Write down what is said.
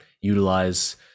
utilize